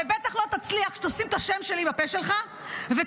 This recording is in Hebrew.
ובטח לא תצליח כשתשים את השם שלי בפה שלך ותוכיח